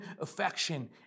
affection